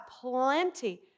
plenty